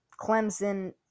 Clemson